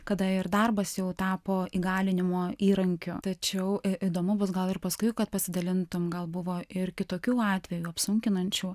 kada ir darbas jau tapo įgalinimo įrankiu tačiau įdomu bus gal ir paskui kad pasidalintum gal buvo ir kitokių atvejų apsunkinančių